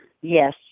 Yes